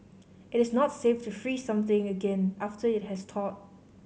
it is not safe to freeze something again after it has thawed